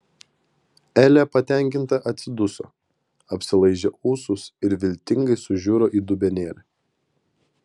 elė patenkinta atsiduso apsilaižė ūsus ir viltingai sužiuro į dubenėlį